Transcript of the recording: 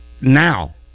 now